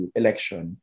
election